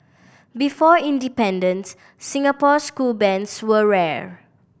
before independences Singapore school bands were rare